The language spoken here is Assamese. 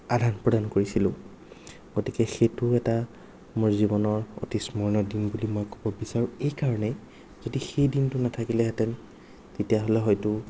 আদান প্ৰদান কৰিছিলোঁ গতিকে সেইটো এটা মোৰ জীৱনৰ অতি স্মৰণীয় দিন বুলি মই ক'ব বিচাৰোঁ এইকাৰণেই যদি সেই দিনটো নাথাকিলেহেঁতেন তেতিয়াহ'লে হয়তো